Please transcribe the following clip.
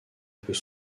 peut